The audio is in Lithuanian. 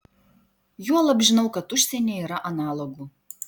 juolab žinau kad užsienyje yra analogų